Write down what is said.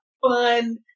fun